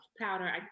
powder